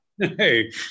Hey